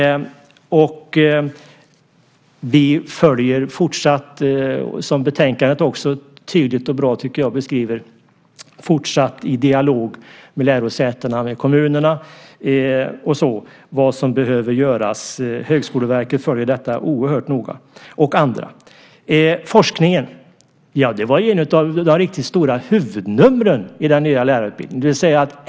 Vi följer upp fortsatt, som betänkandet också tydligt och bra beskriver, i dialog med lärosätena och kommunerna för att se vad som behöver göras. Högskoleverket följer detta oerhört noga, och även andra. Forskningen var ju ett av de riktigt stora huvudnumren i den nya lärarutbildningen.